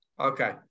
okay